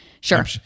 Sure